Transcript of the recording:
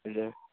ଆଜ୍ଞା